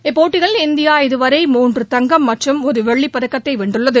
இப்போட்டியில் இந்தியா இதுவரை மூன்று தங்கம் மற்றும் ஒரு வெள்ளிப்பதக்கத்தை வென்றுள்ளது